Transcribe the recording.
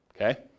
okay